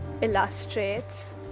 illustrates